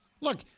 look